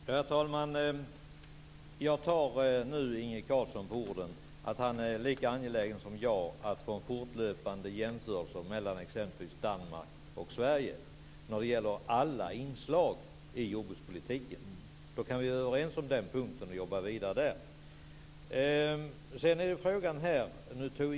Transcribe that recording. Herr talman! Jag tar Inge Carlsson på orden, dvs. att han är lika angelägen som jag att få fortlöpande jämförelser mellan Danmark och Sverige om alla inslag i jordbrukspolitiken. Vi kan vara överens och jobba vidare på den punkten.